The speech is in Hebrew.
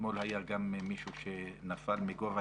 אתמול היה גם מישהו שנפל מגובה,